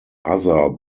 other